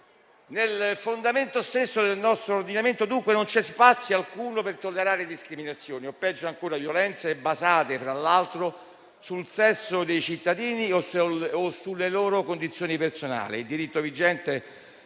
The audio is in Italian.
Nel fondamento stesso del nostro ordinamento, dunque, non c'è spazio alcuno per tollerare discriminazioni o, peggio ancora, violenza, basate, tra l'altro, sul sesso dei cittadini o sulle loro condizioni personali.